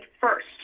first